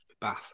bath